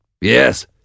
Yes